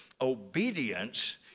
obedience